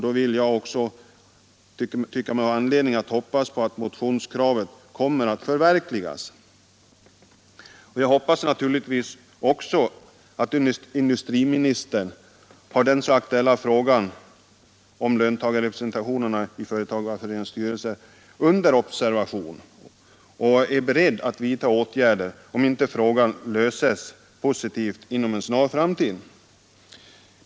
Därför tycker jag mig ha anledning att hoppas att motionskravet skall förverkligas. Jag hoppas naturligtvis också att industriministern har den nu så aktuella frågan om löntagarrepresentation i företagarföreningarnas styrelser under observation och är beredd att vidta åtgärder, om inte frågan löses positivt inom en snar framtid.